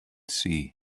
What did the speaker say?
sea